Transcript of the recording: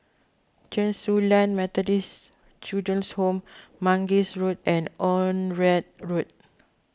Chen Su Lan Methodist Children's Home Mangis Road and Onraet Road